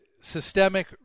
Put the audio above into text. systemic